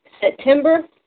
September